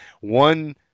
One